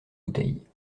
bouteilles